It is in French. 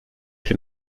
plus